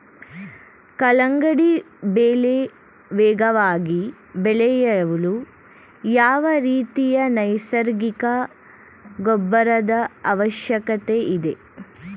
ಕಲ್ಲಂಗಡಿ ಬೆಳೆ ವೇಗವಾಗಿ ಬೆಳೆಯಲು ಯಾವ ರೀತಿಯ ನೈಸರ್ಗಿಕ ಗೊಬ್ಬರದ ಅವಶ್ಯಕತೆ ಇದೆ?